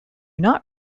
not